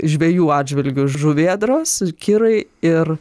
žvejų atžvilgiu žuvėdros kirai ir